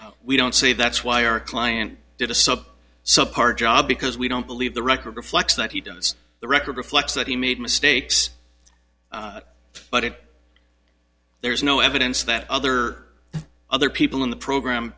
that we don't see that's why our client did a sub sub par job because we don't believe the record reflects that he does the record reflect that he made mistakes but it there's no evidence that other other people in the program